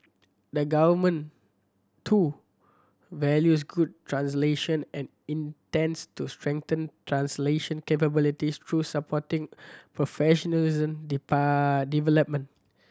the Government too values good translation and intends to strengthen translation capabilities through supporting professional development